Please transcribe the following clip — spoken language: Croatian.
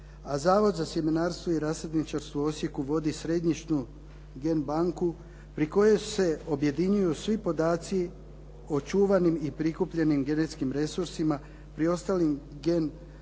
a Zavod za sjemenarstvo i rasadničarstvo u Osijeku vodi središnju gen banku pri kojoj se objedinjuju svi podaci o očuvanim i prikupljenim genetskim genetskim resursima, pri ostalim gen